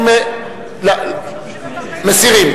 מסירים.